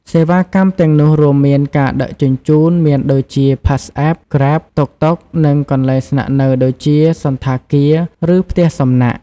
សេវាកម្មទាំងនោះរួមមានការដឹកជញ្ជូន មានដូចជា PassApp, Grab, តុកតុក និងកន្លែងស្នាក់នៅ ដូចជា សណ្ឋាគារ ឬ ផ្ទះសំណាក់។